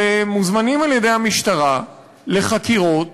שמוזמנים על-ידי המשטרה לחקירות